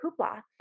Hoopla